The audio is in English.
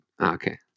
okay